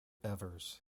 evers